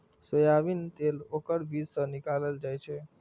soybean तेल ओकर बीज सं निकालल जाइ छै